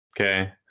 Okay